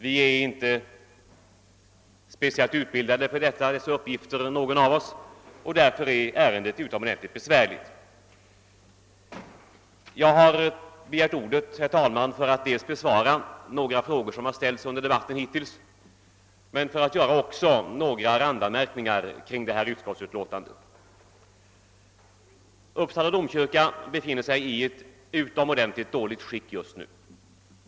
Vi är inte speciellt utbildade för sådana uppgifter någon av oss, och därför är ärendet utomordentligt besvärligt. Jag har begärt ordet dels för att besvara några frågor som ställts under debatten hittills, dels för att göra några randanmärkningar kring detta utskottsutlåtande. Uppsala domkyrka befinner sig just nu i ett utomordentligt dåligt skick.